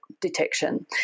detection